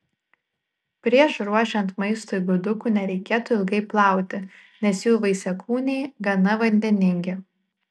prieš ruošiant maistui gudukų nereikėtų ilgai plauti nes jų vaisiakūniai gana vandeningi